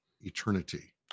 eternity